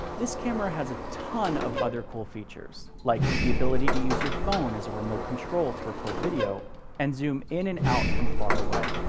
this camera has a ton of other cool features like the ability to use your phone as a remote control to record video and zoom in and out from far away.